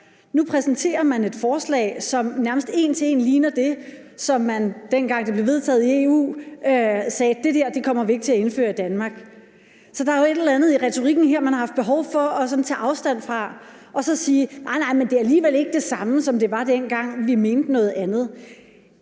Nu præsenterer man et forslag, som nærmest en til en ligner det, om hvilket man sagde, dengang det blev vedtaget i EU: Det der kommer vi ikke til at indføre i Danmark. Så der er jo et eller andet i retorikken her, man har haft behov for sådan at tage afstand fra og så sige: Nej nej, det er alligevel ikke det samme, som det var, dengang vi mente noget andet.